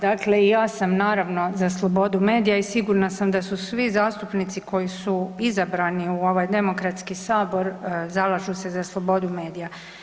Dakle i ja sam naravno za slobodu medija i sigurna sam da su svi zastupnici koji su izabrani u ovaj demokratski sabor, zalažu se za slobodu medija.